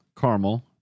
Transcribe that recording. caramel